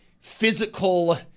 physical